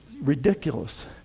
ridiculous